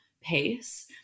pace